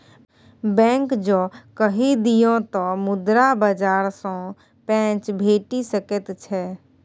bank जँ कहि दिअ तँ मुद्रा बाजार सँ पैंच भेटि सकैत छै